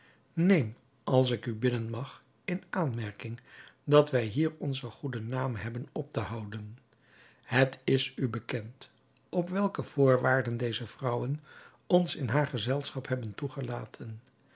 neem als ik u bidden mag in aanmerking dat wij hier onzen goeden naam hebben op te houden het is u bekend op welke voorwaarden deze vrouwen ons in haar gezelschap hebben toegelaten